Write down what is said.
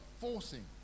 forcing